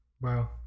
Wow